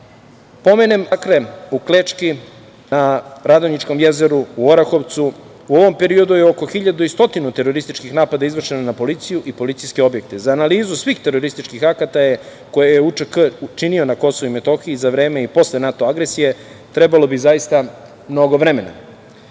masakre u Klečki na Radonjičkom jezeru, u Orahovcu. U ovom periodu je oko 1.100 terorističkih napada izvršeno na policiju i policijske objekte. Za analizu svih terorističkih akata koje je UČK učinio na KiM za vreme i posle NATO agresije trebalo bi zaista mnogo vremena.